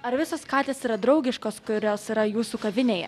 ar visos katės yra draugiškos kurios yra jūsų kavinėje